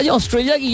Australia